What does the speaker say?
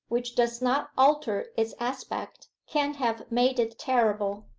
which does not alter its aspect, can have made it terrible.